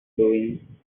doing